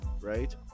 right